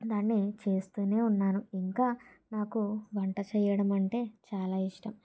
దాన్ని చేస్తూనే ఉన్నాను ఇంకా నాకు వంట చేయడం అంటే చాలా ఇష్టం